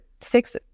six